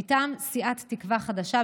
מטעם סיעת תקווה חדשה,